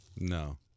No